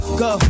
go